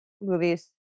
movies